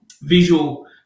visual